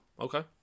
Okay